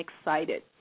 excited